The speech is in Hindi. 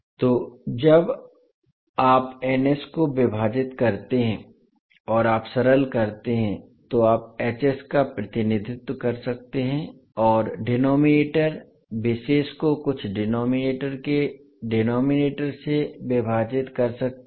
तो जब आप को विभाजित करते हैं और आप सरल करते हैं तो आप का प्रतिनिधित्व कर सकते हैं और डिनोमिनेटर विशेष को कुछ डिनोमिनेटर के डिनोमिनेटर से विभाजित कर सकते हैं